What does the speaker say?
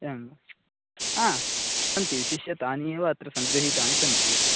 एवं वा आ सन्ति विशिष्य तान्येव अत्र सङ्गृहीतानि सन्ति